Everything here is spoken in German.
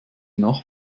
nacht